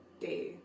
day